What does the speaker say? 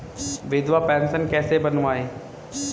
विधवा पेंशन कैसे बनवायें?